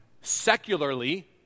secularly